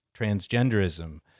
transgenderism